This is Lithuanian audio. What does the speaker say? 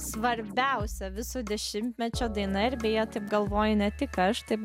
svarbiausia viso dešimtmečio daina ir beje taip galvoju ne tik aš taip